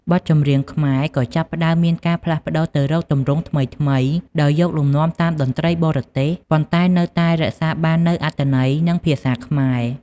បទចម្រៀងខ្មែរក៏ចាប់ផ្តើមមានការផ្លាស់ប្តូរទៅរកទម្រង់ថ្មីៗ ដោយយកលំនាំតាមតន្ត្រីបរទេស ប៉ុន្តែនៅតែរក្សាបាននូវអត្ថន័យ និងភាសាខ្មែរ។